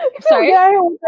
Sorry